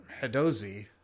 Hadozi